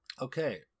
Okay